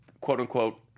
quote-unquote